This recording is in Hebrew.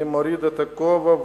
אני מוריד את הכובע.